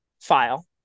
file